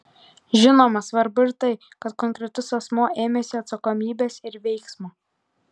žinoma svarbu ir tai kad konkretus asmuo ėmėsi atsakomybės ir veiksmo